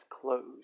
closed